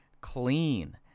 clean